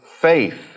faith